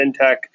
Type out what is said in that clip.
fintech